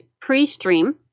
pre-stream